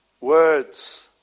Words